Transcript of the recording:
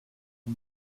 the